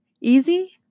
Easy